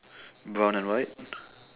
brown and white